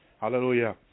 Hallelujah